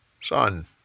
son